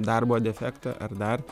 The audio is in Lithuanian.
darbo defektą ar dar